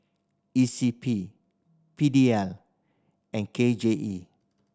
E C P P D L and K J E